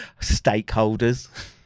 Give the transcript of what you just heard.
Stakeholders